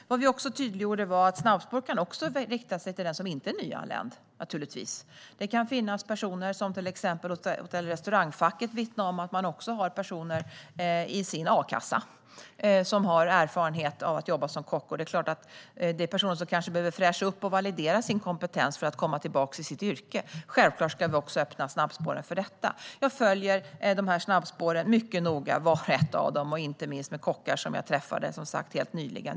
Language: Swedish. Vi tydliggjorde också att snabbspåren naturligtvis kan rikta sig även till den som inte är nyanländ. Restaurangfacket har till exempel vittnat om att man har personer i sin a-kassa som har erfarenhet av att jobba som kock. Det är personer som kanske behöver fräscha upp och validera sin kompetens för att kunna komma tillbaka i sitt yrke, och självklart ska vi också öppna snabbspåren för detta. Jag följer snabbspåren mycket noga, vart och ett av dem. Det gäller inte minst de ansvariga för kockarna, som jag som sagt träffade helt nyligen.